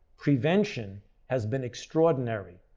prevention has been extraordinary.